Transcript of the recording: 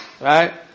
Right